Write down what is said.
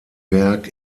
werk